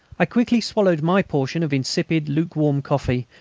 i quickly swallowed my portion of insipid lukewarm coffee,